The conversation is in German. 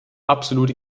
absolute